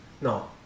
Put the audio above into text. No